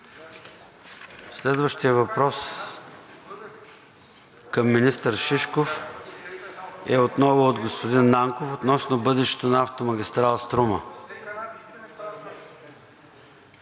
Следващият въпрос към министър Шишков отново е от господин Нанков относно бъдещето на автомагистрала „Струма“.